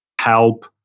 help